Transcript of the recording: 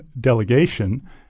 delegation